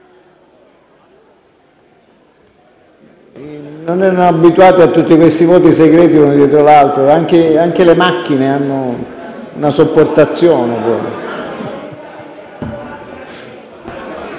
Non essendo abituate a tutti questi voti segreti uno dietro l'altro, anche le macchine hanno un livello di sopportazione.